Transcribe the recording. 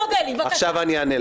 איך?